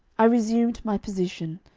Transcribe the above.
i resumed my position,